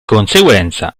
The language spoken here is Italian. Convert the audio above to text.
conseguenza